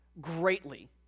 greatly